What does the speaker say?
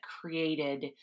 created